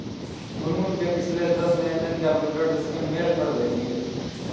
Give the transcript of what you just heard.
गुनगुन के पिछले दस लेनदेन का विवरण उसके मेल पर भेजिये